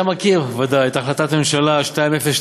אתה ודאי מכיר את החלטת הממשלה 2025,